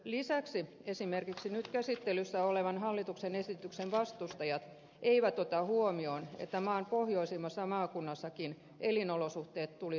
lisäksi esimerkiksi nyt käsittelyssä olevan hallituksen esityksen vastustajat eivät ota huomioon että maan pohjoisimmassa maakunnassakin elinolosuhteet tulisi taata